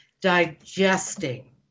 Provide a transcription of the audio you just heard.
digesting